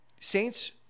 Saints